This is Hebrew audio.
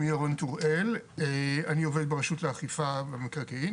אני עובד ברשות לאכיפה למקרקעין,